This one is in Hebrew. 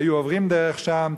והיו עוברים דרך שם,